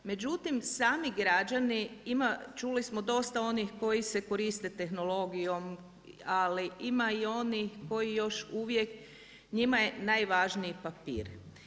Međutim, sami građani čuli smo dosta onih koji se koriste tehnologijom, ali ima i onih koji još uvijek, njima je najvažniji papir.